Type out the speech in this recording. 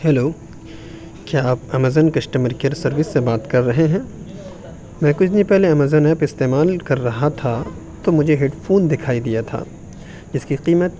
hello کیا آپ Amazon customer care service سے بات کر رہے ہیں میں کچھ دن پہلے امیزون ایپ استعمال کر رہا تھا تو مجھے ہیڈ فون دکھائی دیا تھا جس کی قیمت